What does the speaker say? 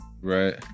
Right